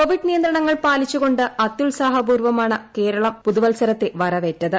Covid നിയന്ത്രണങ്ങൾ പാലിച്ചുകൊണ്ട് അത്യുത്സാഹപൂർവമാണ് കേരളം പുതുവത്സരത്തെ വരവേറ്റത്